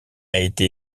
été